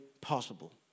possible